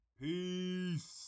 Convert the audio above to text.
Peace